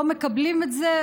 לא מקבלים את זה,